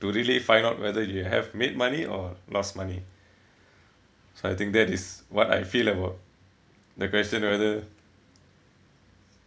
to really find out whether you have made money or lost money so I think that is what I feel about the question whether